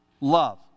love